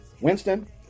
Winston